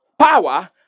Power